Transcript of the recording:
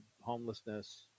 homelessness